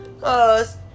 Cause